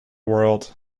world